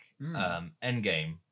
Endgame